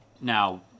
now